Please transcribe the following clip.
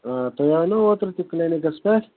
تُہۍ آیوٕ نا اوٗترٕ تہِ کٕلنِکَس پٮ۪ٹھ